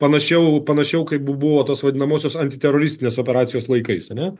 panašiau panašiau kaip buvo tos vadinamosios antiteroristinės operacijos laikais ane